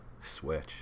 Switch